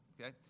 Okay